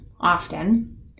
often